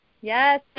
Yes